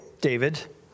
David